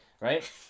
Right